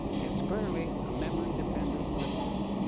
it's clearly a memory-dependent system,